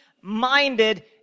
minded